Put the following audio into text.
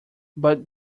but